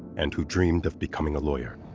and who dreamed of becoming a lawyer.